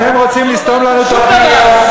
אתם רוצים לסתום לנו את הפיות,